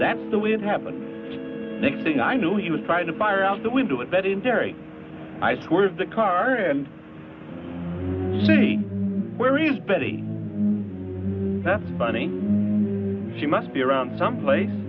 that's the way it happened next thing i knew he was trying to fire out the window with that injury i swerved the car and see where is betty that's funny she must be around someplace